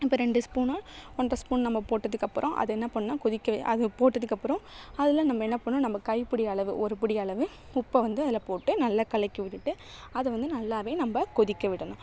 இப்போ ரெண்டு ஸ்பூன்னு ஒன்றை ஸ்பூன் நம்ம போட்டதுக்கப்புறம் அதை என்ன பண்ணுன்னா கொதிக்க அதை போட்டதுக்கப்புறம் அதில் நம்ப என்ன பண்ணும் நம்ம கைப்பிடி அளவு ஒரு பிடி அளவு உப்பை வந்து அதில் போட்டு நல்ல கலக்கி விட்டுவிட்டு அதை வந்து நல்லாவே நம்ப கொதிக்க விடணும்